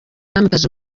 mwamikazi